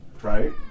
Right